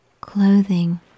clothing